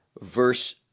Verse